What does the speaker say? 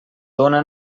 dóna